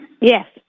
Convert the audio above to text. Yes